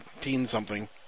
teen-something